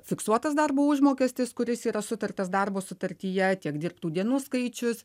fiksuotas darbo užmokestis kuris yra sutartas darbo sutartyje tiek dirbtų dienų skaičius